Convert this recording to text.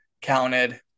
counted